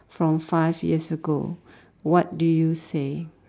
from five years ago what do you say